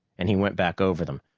and he went back over them,